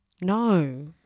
no